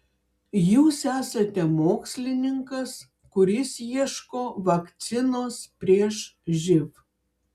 jūs esate mokslininkas kuris ieško vakcinos prieš živ